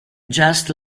just